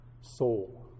soul